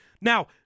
Now